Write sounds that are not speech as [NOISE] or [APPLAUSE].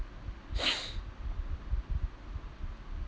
[NOISE]